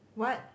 what